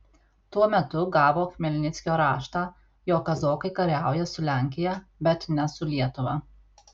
tuo metu gavo chmelnickio raštą jog kazokai kariauja su lenkija bet ne su lietuva